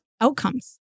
outcomes